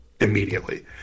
immediately